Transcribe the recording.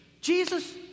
Jesus